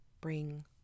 bring